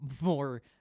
more